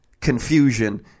confusion